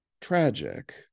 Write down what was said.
tragic